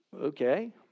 Okay